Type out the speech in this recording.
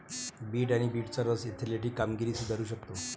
bit आणि बीटचा रस ऍथलेटिक कामगिरी सुधारू शकतो